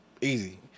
Easy